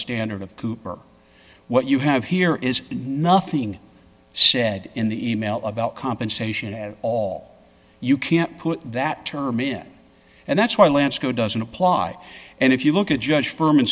standard of cooper what you have here is nothing said in the email about compensation at all you can't put that term in and that's why landscape doesn't apply and if you look at judge firm an